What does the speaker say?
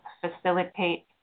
facilitate